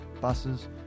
buses